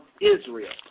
Israel